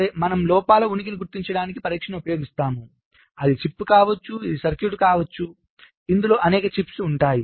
సరే మనం లోపాల ఉనికిని గుర్తించడానికి పరీక్షను ఉపయోగిస్తాము అది చిప్ కావచ్చు ఇది సర్క్యూట్ కావచ్చు ఇందులో అనేక చిప్స్ ఉంటాయి